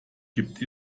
gibt